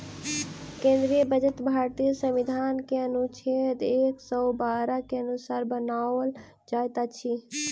केंद्रीय बजट भारतीय संविधान के अनुच्छेद एक सौ बारह के अनुसार बनाओल जाइत अछि